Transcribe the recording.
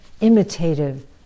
imitative